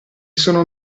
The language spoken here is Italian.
sono